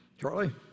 Charlie